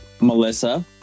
Melissa